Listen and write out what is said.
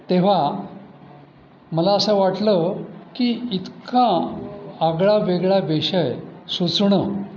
तेव्हा मला असं वाटलं की इतका आगळावेगळा विषय सुचणं